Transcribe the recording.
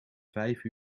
vijf